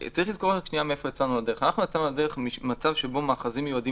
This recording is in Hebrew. אנחנו יצאנו לדרך ממצב שבו מאחזים מיועדים